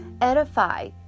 edify